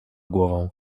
głową